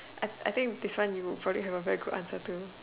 I I think this one you probably have a very good answer to